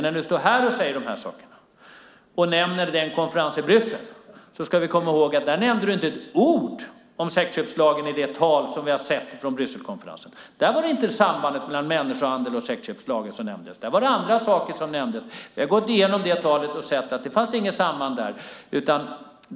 När du står här och nämner konferensen i Bryssel ska vi samtidigt komma ihåg att du inte nämnde ett ord om sexköpslagen i det tal som vi har sett från Brysselkonferensen. Där var det inte sambandet mellan människohandel och sexköpslagen som nämndes, utan det var andra saker. Vi har gått igenom det talet och sett att det inte nämndes något samband där.